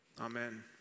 Amen